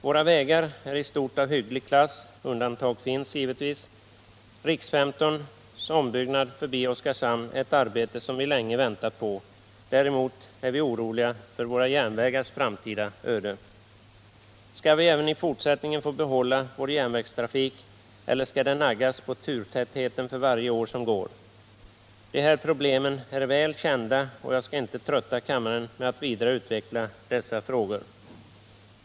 Våra vägar är i stort av hygglig klass, även om undantag finns — riks-15:s ombyggnad förbi Oskarshamn är ett arbete som vi länge väntat på. Däremot är vi oroliga för våra järnvägars framtida öde. Skall vi även i fortsättningen få behålla vår järnvägstrafik eller skall det naggas på turtätheten för varje år som går? De här problemen är väl kända, och jag skall inte trötta kammaren med att vidare utveckla dessa frågor.